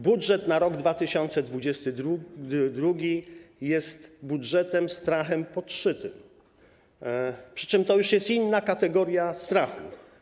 Budżet na rok 2022 jest budżetem strachem podszytym, przy czym to już jest inna kategoria strachu.